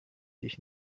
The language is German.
dich